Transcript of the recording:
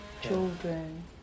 children